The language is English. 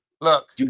Look